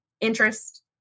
Interest